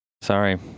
Sorry